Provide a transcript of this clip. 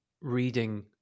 reading